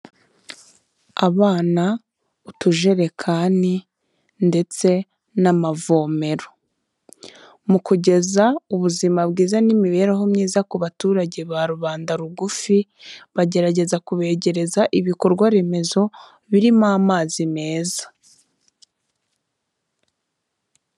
Abana, utujerekani ndetse n'amavomero, mu kugeza ubuzima bwiza n'imibereho myiza ku baturage ba rubanda rugufi bagerageza kubegereza ibikorwa remezo birimo amazi meza.